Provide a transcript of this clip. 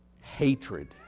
hatred